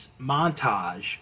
montage